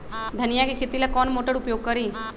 धनिया के खेती ला कौन मोटर उपयोग करी?